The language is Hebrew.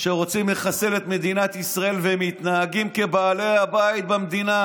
שרוצים לחסל את מדינת ישראל ומתנהגים כבעלי הבית במדינה.